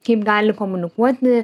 kaip gali komunikuoti